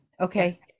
Okay